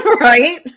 Right